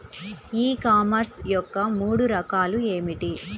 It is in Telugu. ఈ కామర్స్ యొక్క మూడు రకాలు ఏమిటి?